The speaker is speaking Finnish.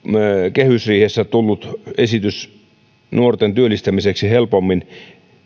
kehysriihessä tullut esitys nuorten työllistämiseksi helpommin